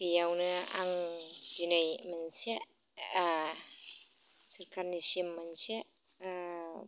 बेयावनो आं दिनै मोनसे ओ सोखारनिसिम मोनसे ओ